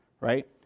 right